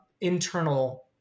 internal